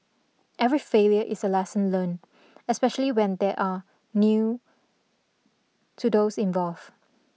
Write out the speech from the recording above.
every failure is a lesson learnt especially when there are new to those involved